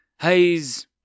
Haze